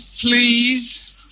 please